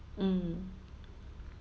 mm